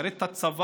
לשרת את הצבא,